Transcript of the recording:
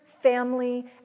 family